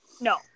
No